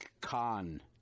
Khan